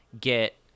get